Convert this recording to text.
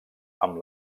amb